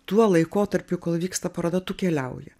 tuo laikotarpiu kol vyksta paroda tu keliauji